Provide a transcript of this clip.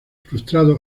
frustrado